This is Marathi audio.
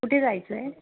कुठे जायचं आहे